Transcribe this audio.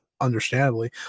understandably